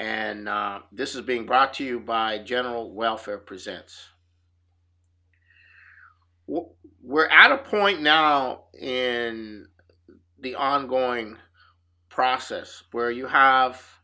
and this is being brought to you by general welfare presents we're out of point now in the ongoing process where you have